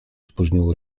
spóźniło